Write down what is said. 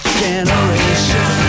generation